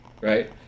right